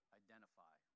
identify